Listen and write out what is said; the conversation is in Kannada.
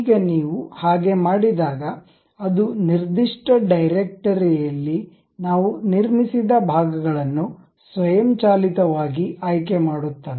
ಈಗ ನೀವು ಹಾಗೆ ಮಾಡಿದಾಗ ಅದು ನಿರ್ದಿಷ್ಟ ಡೈರೆಕ್ಟರಿ ಯಲ್ಲಿ ನಾವು ನಿರ್ಮಿಸಿದ ಭಾಗಗಳನ್ನು ಸ್ವಯಂಚಾಲಿತವಾಗಿ ಆಯ್ಕೆ ಮಾಡುತ್ತದೆ